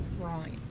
right